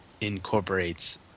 incorporates